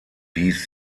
hieß